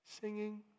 Singing